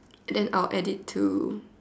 then I'll add it to